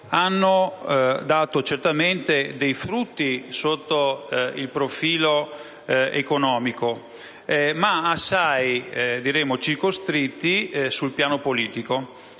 ha dato certamente dei frutti sotto il profilo economico, ma questi sono assai circoscritti sul piano politico.